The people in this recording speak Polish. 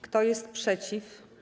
Kto jest przeciw?